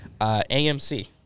AMC